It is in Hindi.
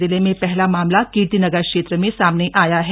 जिले में पहला मामला कीर्ति नगर क्षेत्र में सामने आया है